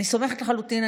אני סומכת לחלוטין,